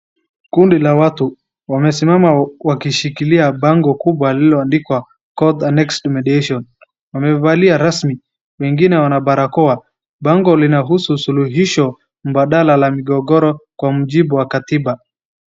Kundi la watu wamesimama huku wakishikilia bango kubwa lililoandikwa court annex mediation . Wamevalia rasmi, wengine wana barakoa. Bango linahusu suluhisho badala la migogoro kwa mjibu wa katiba.